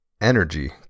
energy